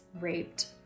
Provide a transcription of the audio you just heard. raped